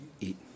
Eat